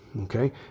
Okay